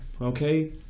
Okay